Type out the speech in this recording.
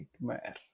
nightmare